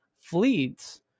fleets